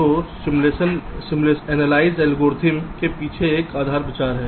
तो simulation simulation analysed algorithm के पीछे यह आधार विचार है